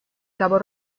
cabo